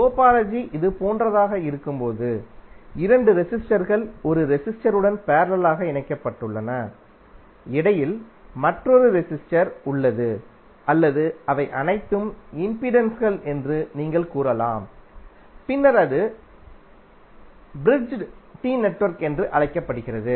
topology இது போன்றதாக இருக்கும்போது இரண்டு ரெசிஸ்டர்கள் ஒரு ரெசிஸ்டர் உடன் பேரலலாக இணைக்கப்பட்டுள்ளன இடையில் மற்றொரு ரெசிஸ்டர் உள்ளது அல்லது அவை அனைத்தும் இம்பிடன்ஸ்கள் என்று நீங்கள் கூறலாம் பின்னர் அது பிரிட்ஜ்ட் டி நெட்வொர்க் என்று அழைக்கப்படுகிறது